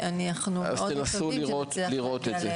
ואנחנו מאוד מקווים שנצליח --- תנסו לראות את זה.